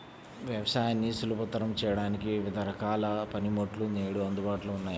వ్యవసాయాన్ని సులభతరం చేయడానికి వివిధ రకాల పనిముట్లు నేడు అందుబాటులో ఉన్నాయి